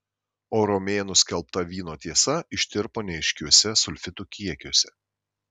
o romėnų skelbta vyno tiesa ištirpo neaiškiuose sulfitų kiekiuose